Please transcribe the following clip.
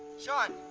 sean.